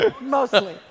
Mostly